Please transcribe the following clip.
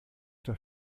der